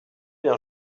bien